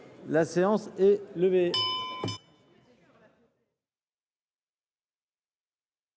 La séance est levée.